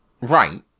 right